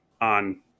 on